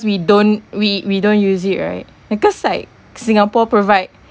we don't we we don't use it right because like singapore provide